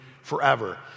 forever